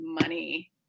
money